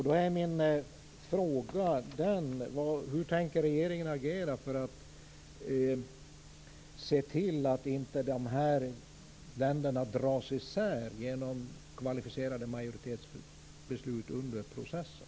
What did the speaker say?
Då är min fråga: Hur tänker regeringen agera för att se till att inte de här länderna dras isär genom beslut med kvalificerad majoritet under processen?